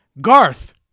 Garth